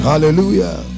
Hallelujah